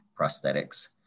prosthetics